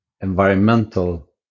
environmental